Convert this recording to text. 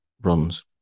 runs